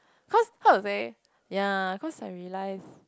cause how to say ya cause I realize